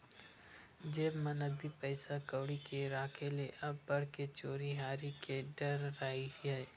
जेब म नकदी पइसा कउड़ी के राखे ले अब्बड़ के चोरी हारी के डर राहय